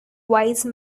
wise